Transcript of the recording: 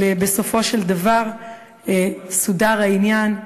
אבל בסופו של דבר סודר העניין,